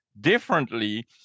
differently